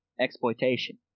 exploitation